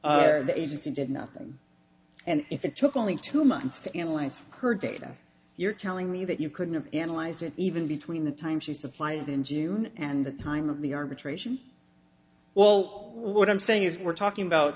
or the agency did nothing and if it took only two months to analyze her data you're telling me that you couldn't have analyzed it even between the time she supplied in june and the time of the arbitration well what i'm saying is we're talking about